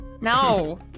No